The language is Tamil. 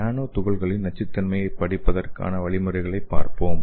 நானோ துகள்களின் நச்சுத்தன்மையைப் படிப்பதற்கான வழிமுறைகளைப் பார்ப்போம்